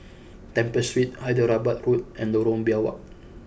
Temple Street Hyderabad Road and Lorong Biawak